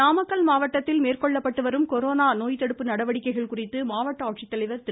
மமமமம நாமக்கல் வாய்ஸ் நாமக்கல் மாவட்டத்தில் மேற்கொள்ளப்பட்டுவரும் கொரோனா நோய் தடுப்பு நடவடிக்கைகள் குறித்து மாவட்ட ஆட்சித்தலைவர் திரு